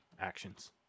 actions